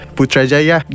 Putrajaya